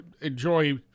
enjoy